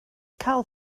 cael